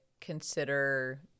consider